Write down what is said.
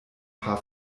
paar